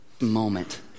moment